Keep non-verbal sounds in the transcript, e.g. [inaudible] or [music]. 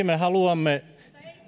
[unintelligible] me haluamme